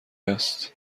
است